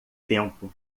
tempo